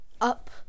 up